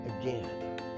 again